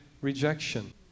rejection